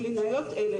קלינאיות אלה,